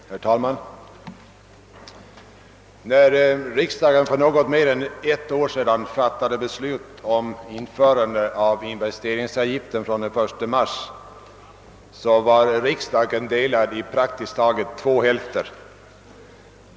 Herr talman! När riksdagen för något mer än ett år sedan fattade beslut om införande av investeringsavgiften från den 1 mars 1967 var riksdagen delad i två hälfter.